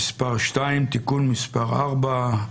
(מס' 2) (תיקון מס' 4),